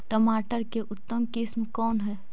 टमाटर के उतम किस्म कौन है?